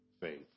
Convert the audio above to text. faith